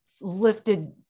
lifted